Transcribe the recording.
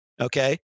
okay